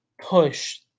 push